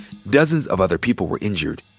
dozens of other people were injured.